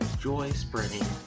joy-spreading